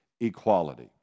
equality